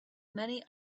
many